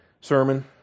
sermon